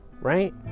right